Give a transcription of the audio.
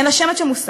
אין לה שמץ של מושג.